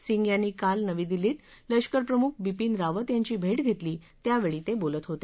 सिंग यांनी काल नवी दिल्लीत लष्कस्प्रमुख बिपिन रावत यांची भेट घेतली त्यावेळी ते बोलत होते